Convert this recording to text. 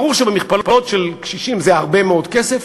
ברור שבמכפלות של קשישים זה הרבה מאוד כסף,